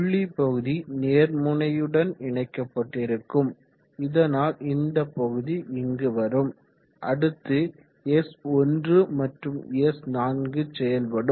புள்ளி பகுதி நேர் முனையுடன் இணைக்கப்பட்டிருக்கும் இதனால் இந்தபகுதி இங்கு வரும் அடுத்த S1 மற்றும் S4 செயல்படும்